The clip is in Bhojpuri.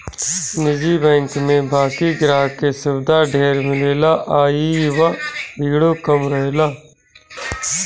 निजी बैंक में बाकि ग्राहक के सुविधा ढेर मिलेला आ इहवा भीड़ो कम रहेला